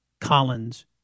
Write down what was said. Collins